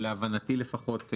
להבנתי לפחות,